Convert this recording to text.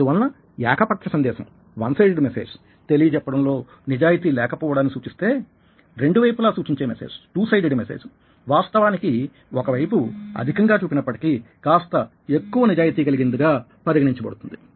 అందువలన ఏకపక్ష సందేశం తెలియ చెప్పడం లో నిజాయితీ లేక పోవడాన్ని సూచిస్తే రెండు వైపులా సూచించే మెసేజ్ వాస్తవానికి ఒకవైపు అధికంగా చూపినప్పటికీ కాస్త ఎక్కువ నిజాయితీ కలిగినదిగా పరిగణించబడుతుంది